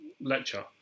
lecture